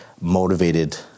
motivated